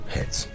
Hits